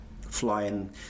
flying